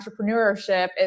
entrepreneurship